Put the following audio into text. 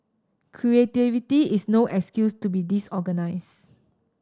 creativity is no excuse to be disorganised